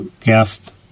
guest